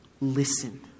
listen